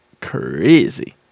Crazy